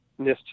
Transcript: NIST